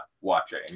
watching